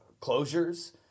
closures